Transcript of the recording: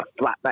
flatback